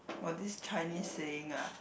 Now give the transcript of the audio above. what this Chinese saying ah